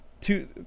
two